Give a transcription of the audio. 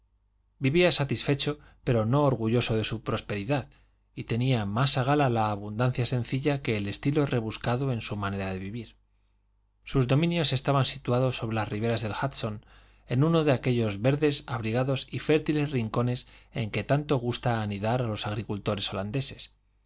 vivía satisfecho pero no orgulloso de su prosperidad y tenía más a gala la abundancia sencilla que el estilo rebuscado en su manera de vivir sus dominios estaban situados sobre las riberas del hudson en uno de aquellos verdes abrigados y fértiles rincones en que tanto gusta anidar a los agricultores holandeses